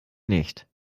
nicht